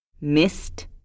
missed